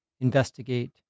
Investigate